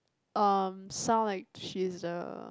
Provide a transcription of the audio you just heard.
um sound like she's the